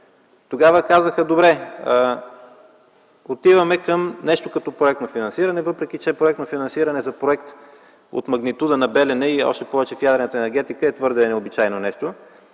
Тогава казаха: „Добре, отиваме към нещо като проектно финансиране”. Проектно финансиране за проект от магнитуда на „Белене”, още повече в ядрената енергетика, е нещо твърде необичайно.